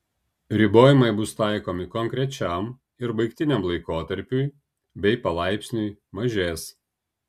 ribojimai bus taikomi konkrečiam ir baigtiniam laikotarpiui bei palaipsniui mažės